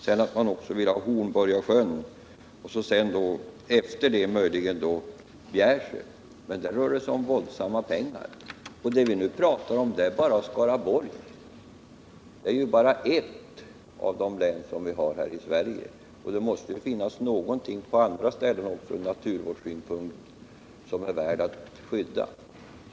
Sedan vill länsstyrelsen ha Hornborgasjön och efter det möjligen Bjärsjö, men där rör det sig om stora summor pengar. Det vi nu pratar om är Skaraborgs län. Det är bara ett av de län som vi har i Sverige. Det måste finnas områden också på andra ställen som från naturvårdssynpunkt är värda att skydda.